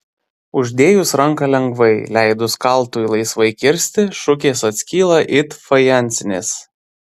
uždėjus ranką lengvai leidus kaltui laisvai kirsti šukės atskyla it fajansinės